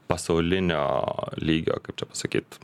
pasaulinio lygio kaip čia pasakyt